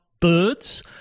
Birds